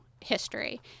history